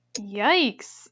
Yikes